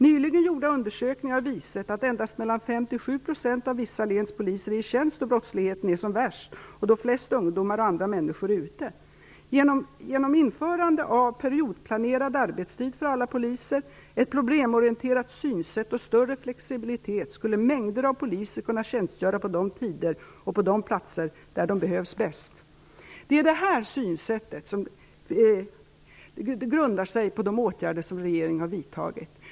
Nyligen gjorda undersökningar har visat att endast mellan 5 och 7 % av vissa läns poliser är i tjänst då brottsligheten är som värst och då flest ungdomar och andra människor är ute. Genom införande av periodplanerad arbetstid för alla poliser, ett problemorienterat synsätt och större flexibilitet skulle mängder av poliser kunna tjänstgöra på de tider och de platser där de behövs bäst. Det är det här synsättet som grundar sig på de åtgärder som regeringen har vidtagit.